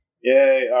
Yay